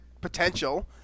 potential